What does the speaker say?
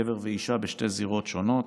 גבר ואישה בשתי זירות שונות,